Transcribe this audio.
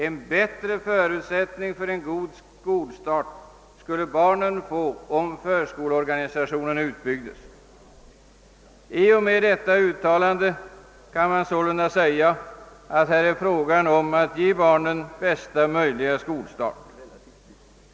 En bättre förutsättning för en god skolstart skulle barnen få om förskoleorganisationen utbyggdes.» Enligt detta uttalande kan man sålunda säga att det här är fråga om att ge barnen bästa möjliga skolstart.